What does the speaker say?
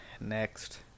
next